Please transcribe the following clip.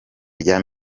rya